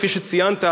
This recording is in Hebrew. כפי שציינת,